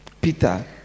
Peter